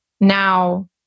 now